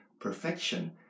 perfection